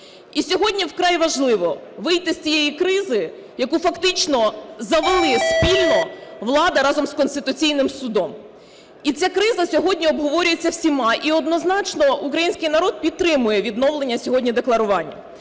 І сьогодні вкрай важливо вийти з цієї кризи, в яку фактично завели спільно влада разом з Конституційним Судом. І ця криза сьогодні обговорюється всіма, і однозначно український народ підтримує відновлення сьогодні декларування.